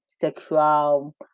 sexual